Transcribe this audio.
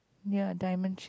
ya diamond shape